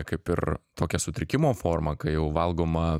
kaip ir tokia sutrikimo forma kai jau valgoma